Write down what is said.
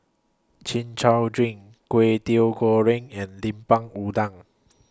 Chin Chow Drink Kway Teow Goreng and Lemper Udang